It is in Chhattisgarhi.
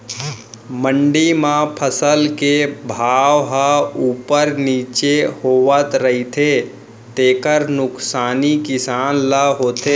मंडी म फसल के भाव ह उप्पर नीचे होवत रहिथे तेखर नुकसानी किसान ल होथे